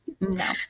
No